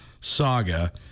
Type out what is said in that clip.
saga